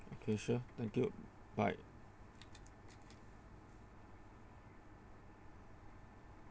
okay sure thank you bye